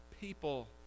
people